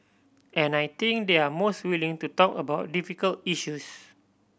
and I think they're most willing to talk about difficult issues